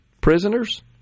prisoners